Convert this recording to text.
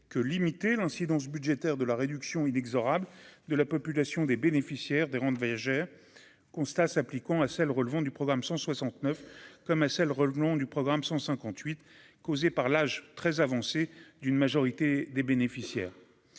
que limiter l'incidence budgétaire de la réduction inexorable de la population des bénéficiaires des rentes viagères constat s'appliquant à celles relevant du programme 169 comme revenons du programme 158 causée par l'âge très avancé d'une majorité des bénéficiaires,